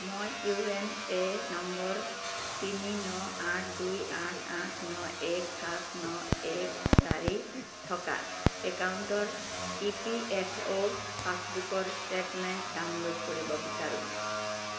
মই U A N নম্বৰ তিনি ন আঠ দুই আঠ আঠ ন এক সাত ন এক চাৰি থকা একাউণ্টৰ ই পি এফ অ' পাছবুকৰ ষ্টেটমেণ্ট ডাউনলোড কৰিব বিচাৰোঁ